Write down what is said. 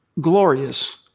glorious